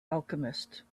alchemist